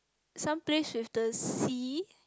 some place with the sea